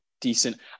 decent